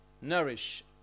nourish